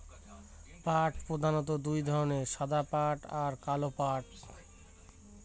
পাট প্রধানত দু ধরনের সাদা পাট আর কালো পাট